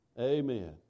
Amen